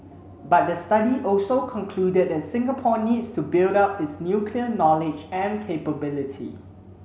but the study also concluded that Singapore needs to build up its nuclear knowledge and capability